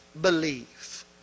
believe